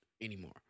anymore